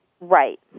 right